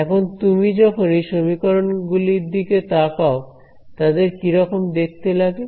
এখন তুমি যখন এই সমীকরণ গুলির দিকে তাকাও তাদের কি রকম দেখতে লাগে